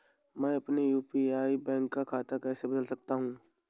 मैं अपने यू.पी.आई का बैंक खाता कैसे बदल सकता हूँ?